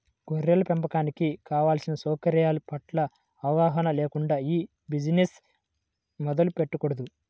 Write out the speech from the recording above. గొర్రెల పెంపకానికి కావలసిన సౌకర్యాల పట్ల అవగాహన లేకుండా ఈ బిజినెస్ మొదలు పెట్టకూడదు